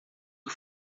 que